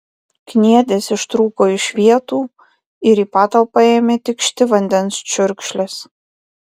kniedės ištrūko iš vietų ir į patalpą ėmė tikšti vandens čiurkšlės